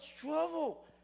trouble